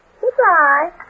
Goodbye